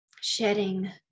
Shedding